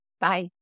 Bye